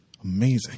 Amazing